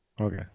Okay